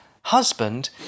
husband